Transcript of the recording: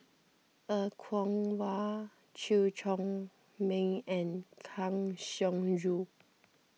Er Kwong Wah Chew Chor Meng and Kang Siong Joo